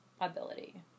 ability